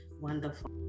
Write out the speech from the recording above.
Wonderful